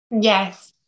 Yes